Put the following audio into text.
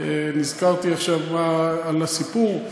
נזכרתי עכשיו בסיפור,